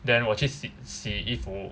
then 我去洗洗衣服